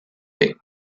way